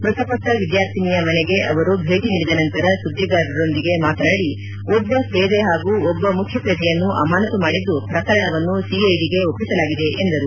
ಮೃತಪಟ್ಟ ವಿದ್ಯಾರ್ಥಿನಿಯ ಮನೆಗೆ ಅವರು ಭೇಟಿ ನೀಡಿದ ನಂತರ ಸುದ್ದಿಗಾರರೊಂದಿಗೆ ಮಾತನಾಡಿ ಒಬ್ಬ ಪೇದೆ ಹಾಗೂ ಒಬ್ಬ ಮುಖ್ಯಪೇದೆಯನ್ನು ಅಮಾನತು ಮಾಡಿದ್ದು ಪ್ರಕರಣವನ್ನು ಸಿಐಡಿಗೆ ಒಪ್ಪಿಸಲಾಗಿದೆ ಎಂದರು